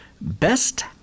Best